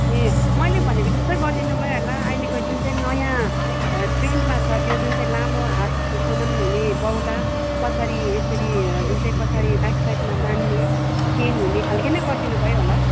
ए मैले भनेको जस्तै गरिदिनु भयो होला अहिलेको जुन चाहिँ नयाँ ट्रेन्डमा छ त्यो जुन चाहिँ लामो हातसम्म हुने बाउला पछाडि यसरी जुन चाहिँ पछाडि ब्याक साइडमा बान्ने चेन हुने खाल्के नै गरिदिनु भयो होला